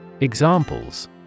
Examples